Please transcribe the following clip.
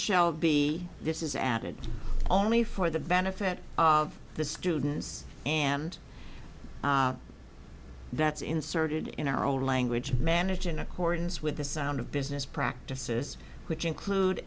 shall be this is added only for the benefit of the students and that's inserted in our own language manage in accordance with the sound of business practices which include